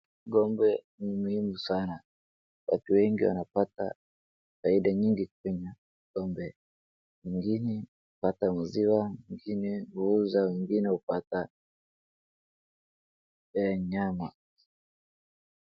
Ng'ombe ni muhimu sana, watu wengi wanapata faida nyingi kwenye ng'ombe, wengine wanapata maziwa, wengine huuza, wengine hupata nyama.